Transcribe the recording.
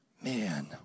Man